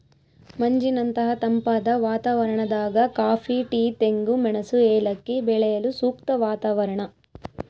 ಮಂಜಿನಂತಹ ತಂಪಾದ ವಾತಾವರಣದಾಗ ಕಾಫಿ ಟೀ ತೆಂಗು ಮೆಣಸು ಏಲಕ್ಕಿ ಬೆಳೆಯಲು ಸೂಕ್ತ ವಾತಾವರಣ